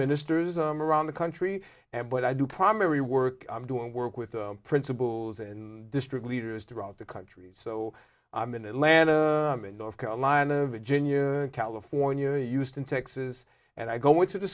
ministers i'm around the country and what i do primary work i'm doing work with principals and district leaders throughout the country so i'm in atlanta north carolina virginia california used in texas and i go into the